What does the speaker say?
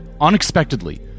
unexpectedly